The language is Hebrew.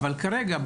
אבל כרגע,